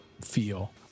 feel